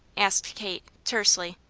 asked kate, tersely.